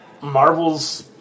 Marvel's